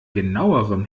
genauerem